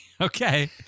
Okay